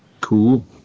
Cool